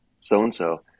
so-and-so